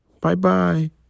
Bye-bye